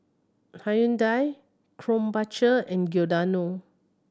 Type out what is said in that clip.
Hyundai Krombacher and Giordano